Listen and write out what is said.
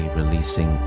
releasing